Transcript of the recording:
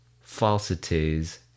falsities